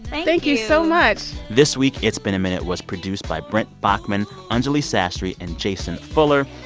thank you so much this week, it's been a minute was produced by brent baughman, anjuli sastry and jason fuller.